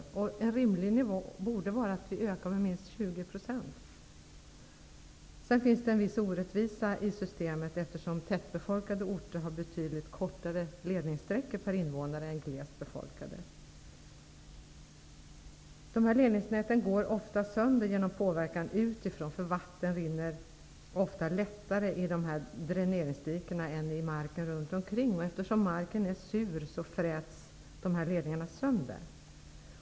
För att få en rimlig nivå borde det vara möjligt att öka dem med minst 20 %. Det finns en viss orättvisa i systemet, eftersom tätbefolkade orter har betydligt kortare ledningssträckor per invånare än de glest befolkade. Dessa ledningsnät går oftast sönder genom påverkan utifrån, eftersom vatten ofta rinner lättare i dräneringsdikena än i marken runt omkring. Eftersom marken är sur, fräts ledningarna sönder.